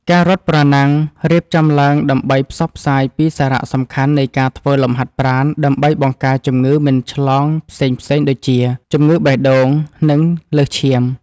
ការរត់ប្រណាំងរៀបចំឡើងដើម្បីផ្សព្វផ្សាយពីសារៈសំខាន់នៃការធ្វើលំហាត់ប្រាណដើម្បីបង្ការជំងឺមិនឆ្លងផ្សេងៗដូចជា ជំងឺបេះដូង និងលើសឈាម។